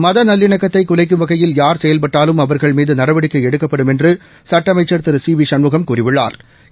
மத நல்லிணக்கத்தை குலைக்கும் வகையில் யார் செயல்பட்டாலும் அவர்கள் மீது நடவடிக்கை எடுக்கப்படும் என்று சுட்ட அமைச்சா் திரு சி வி சண்முகம் கூறியுள்ளாா்